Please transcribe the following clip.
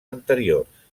anteriors